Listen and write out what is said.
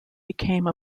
became